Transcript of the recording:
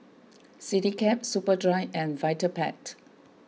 CityCab Superdry and Vitapet